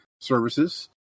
services